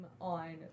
on